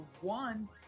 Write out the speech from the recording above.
one